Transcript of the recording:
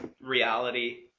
reality